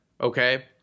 okay